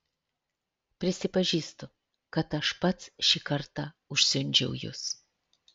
prisipažįstu kad aš pats šį kartą užsiundžiau jus